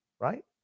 right